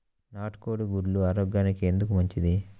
నాటు కోడి గుడ్లు ఆరోగ్యానికి ఎందుకు మంచిది?